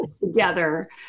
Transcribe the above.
together